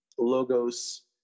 logos